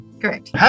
Correct